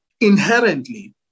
inherently